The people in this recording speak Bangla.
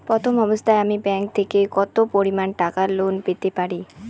প্রথম অবস্থায় আমি ব্যাংক থেকে কত পরিমান টাকা লোন পেতে পারি?